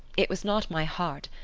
it was not my heart,